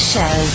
show